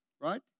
right